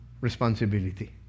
responsibility